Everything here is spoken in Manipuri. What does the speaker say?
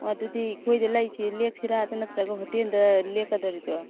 ꯍꯣ ꯑꯗꯨꯗꯤ ꯑꯩꯈꯣꯏꯗ ꯂꯩꯁꯤ ꯂꯦꯛꯁꯤꯔ ꯑꯗꯨ ꯅꯠꯇ꯭ꯔꯒ ꯍꯣꯇꯦꯜꯗ ꯂꯦꯛꯀꯗꯣꯔꯤꯕ꯭ꯔꯣ